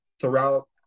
throughout